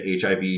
HIV